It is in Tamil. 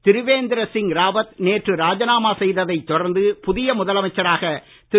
திரிவேந்திர சிங் ராவத் நேற்று ராஜனாமா செய்ததை தொடர்ந்து புதிய முதலமைச்சராக திரு